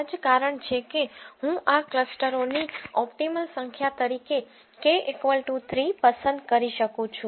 આ જ કારણ છે કે હું આ ક્લસ્ટરોની ઓપ્ટિમલ સંખ્યા તરીકે K 3 પસંદ કરી શકું છું